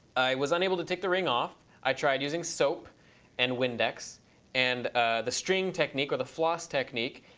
i was unable to take the ring off. i tried using soap and windex and the string technique or the floss technique.